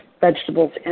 vegetables